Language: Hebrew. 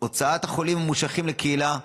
הוצאת החולים הממושכים לקהילה,